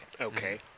Okay